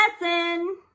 lesson